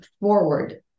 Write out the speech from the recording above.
forward